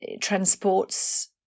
transports